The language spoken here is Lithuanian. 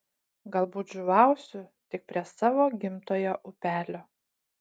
galbūt žuvausiu tik prie savo gimtojo upelio